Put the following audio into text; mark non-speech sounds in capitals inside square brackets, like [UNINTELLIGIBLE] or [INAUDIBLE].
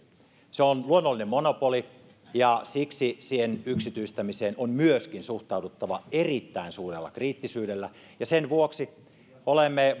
se on luonnollinen monopoli ja siksi siihen yksityistämiseen on myöskin suhtauduttava erittäin suurella kriittisyydellä ja sen vuoksi olemme [UNINTELLIGIBLE]